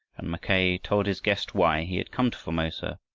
and mackay told his guest why he had come to formosa,